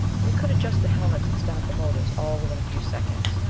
we could adjust the helmets and start the motors all within a few seconds.